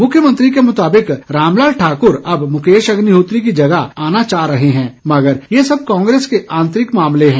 मुख्यमंत्री ने कहा कि रामलाल ठाकुर अब मुकेश अग्निहोत्री की जगह आना चाह रहे है मगर ये सब कांग्रेस के आंतरिक मामले हैं